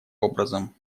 образом